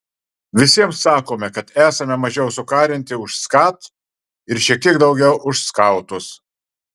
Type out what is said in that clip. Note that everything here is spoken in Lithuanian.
visiems sakome kad esame mažiau sukarinti už skat ir šiek tiek daugiau už skautus